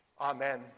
Amen